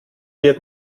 wird